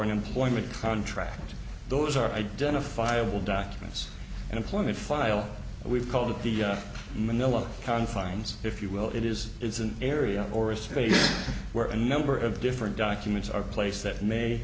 an employment contract those are identifiable documents and employment file we've called it the manila confines if you will it is it's an area or a space where a number of different documents are place that may